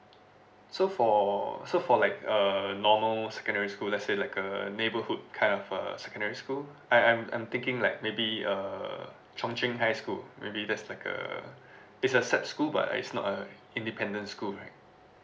so for so for like uh normal secondary school let's say like a neighborhood kind of uh secondary school I I'm I'm thinking like maybe uh chung cheng high school maybe that's like a it's a SAP school but it's not a independent school right